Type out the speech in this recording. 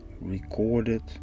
recorded